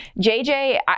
JJ